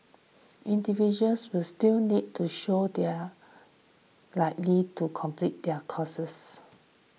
individuals will still need to show they are likely to complete their courses